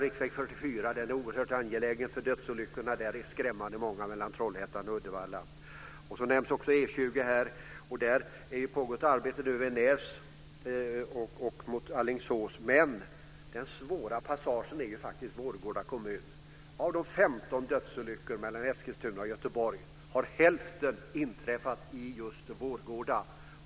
Riksväg 44 är oerhört angelägen, därför att dödsolyckorna där är skrämmande många mellan Trollhättan och Uddevalla. E 20 nämns också, och där pågår ett arbete vid Nääs mot Alingsås. Men den svåra passagen är Vårgårda kommun. Av 15 dödsolyckor mellan Eskilstuna och Göteborg har hälften inträffat i just Vårgårda.